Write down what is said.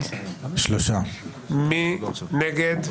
מי נגד?